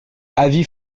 avis